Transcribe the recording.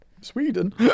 Sweden